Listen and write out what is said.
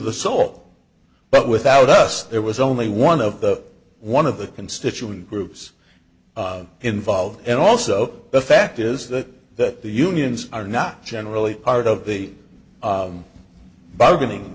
the sole but without us there was only one of the one of the constituent groups involved and also the fact is that the unions are not generally part of the bargaining